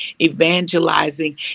evangelizing